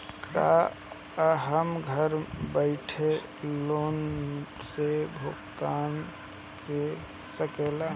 का हम घर बईठे लोन के भुगतान के शकेला?